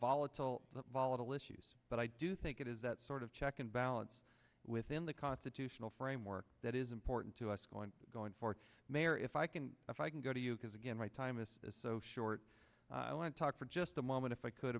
volatile volatile issues but i do think it is that sort of check and balance within the constitutional framework that is important to us going going forward mayor if i can if i can go to you because again my time this is so short i want to talk for just a moment if i could